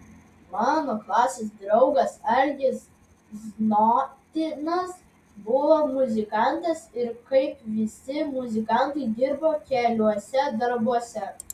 mano klasės draugas algis znotinas buvo muzikantas ir kaip visi muzikantai dirbo keliuose darbuose